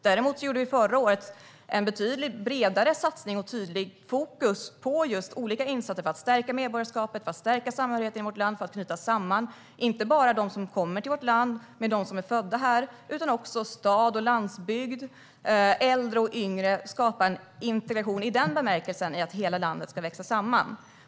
Däremot gjorde vi förra året en betydligt bredare satsning med tydligt fokus på just insatser för att stärka medborgarskapet och samhörigheten i vårt land och för att knyta samman inte bara dem som kommer till vårt land och dem som är födda här utan också stad och landsbygd och äldre och yngre. Det handlar om att skapa en integration i den bemärkelsen att hela landet ska växa samman.